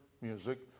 music